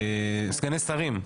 סגני שרים,